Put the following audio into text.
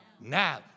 Now